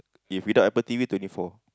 if without Apple T_V twenty four